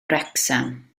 wrecsam